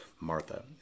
Martha